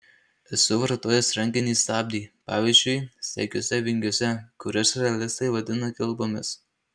esu vartojęs rankinį stabdį pavyzdžiui staigiuose vingiuose kuriuos ralistai vadina kilpomis